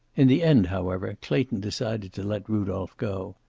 in the end, however, clayton decided to let rudolph go.